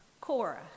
Cora